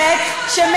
היושב-ראש נהנה.